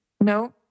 No